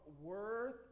worth